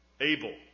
Abel